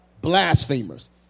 blasphemers